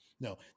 No